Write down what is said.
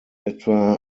etwa